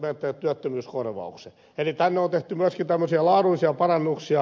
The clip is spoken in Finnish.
tänne on siis tehty myöskin tämmöisiä laadullisia parannuksia